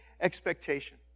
expectation